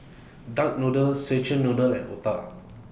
Duck Noodle Szechuan Noodle and Otah